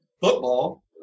football